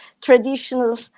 traditional